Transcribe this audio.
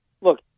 look